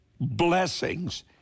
blessings